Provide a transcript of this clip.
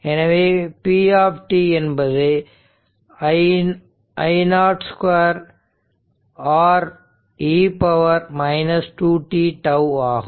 எனவே p என்பது I0 2 R e 2t τ ஆகும்